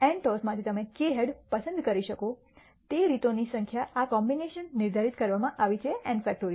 n ટોસમાંથી તમે k head પસંદ કરી શકો તે રીતોની સંખ્યા આ કોમ્બિનેશન નિર્ધારિત કરવામાં આવી છે n